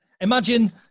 Imagine